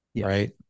Right